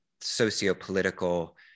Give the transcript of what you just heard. socio-political